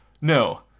no